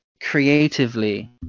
creatively